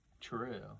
True